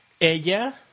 Ella